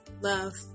love